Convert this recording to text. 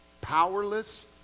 powerless